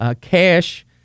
Cash